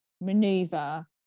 maneuver